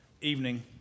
evening